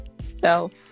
self